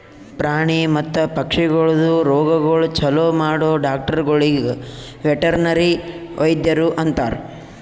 ಪ್ರಾಣಿ ಮತ್ತ ಪಕ್ಷಿಗೊಳ್ದು ರೋಗಗೊಳ್ ಛಲೋ ಮಾಡೋ ಡಾಕ್ಟರಗೊಳಿಗ್ ವೆಟರ್ನರಿ ವೈದ್ಯರು ಅಂತಾರ್